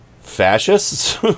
Fascists